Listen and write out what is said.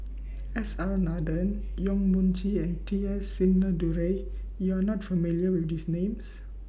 S R Nathan Yong Mun Chee and T S Sinnathuray YOU Are not familiar with These Names